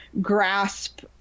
grasp